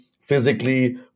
physically